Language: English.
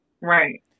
Right